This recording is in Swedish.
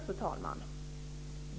Fru talman!